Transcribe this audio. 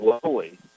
Slowly